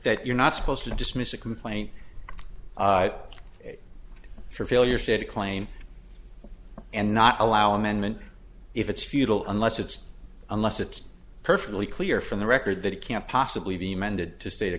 that you're not supposed to dismiss a complaint for failure said a claim and not allow amendment if it's futile unless it's unless it's perfectly clear from the record that it can't possibly be amended to state